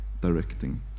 directing